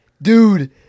Dude